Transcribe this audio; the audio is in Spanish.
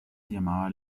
llamaba